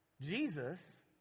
Jesus